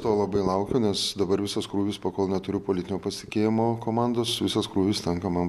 to labai laukiau nes dabar visas krūvis po kol neturiu politinio pasitikėjimo komandos visas krūvis tenka man